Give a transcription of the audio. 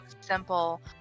simple